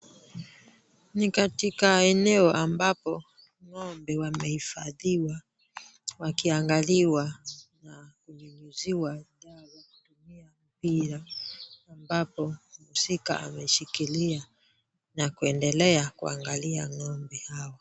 Ni katika eneo ambapo ng'ombe wamehifadhiwa wakiangaliwa na kunyunyuziwa dawa kwa kutumia mpira ambapo mhusika ameshikilia na kuendelea kuangalia ng'ombe hawa.